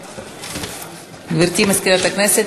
בעד גברתי מזכירת הכנסת,